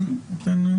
אני מניח,